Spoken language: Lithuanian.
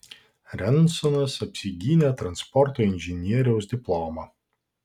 rensonas apsigynė transporto inžinieriaus diplomą